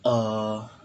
err